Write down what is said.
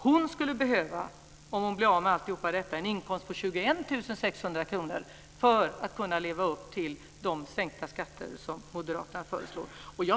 Hon skulle behöva en inkomst på 21 600 kr för att ha någon nytta av de sänkta skatter som moderaterna föreslår.